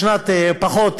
פחות,